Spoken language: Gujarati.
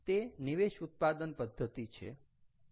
તે નિવેશ ઉત્પાદન પદ્ધતિ છે